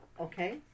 Okay